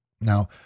Now